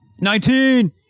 Nineteen